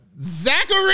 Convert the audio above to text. Zachary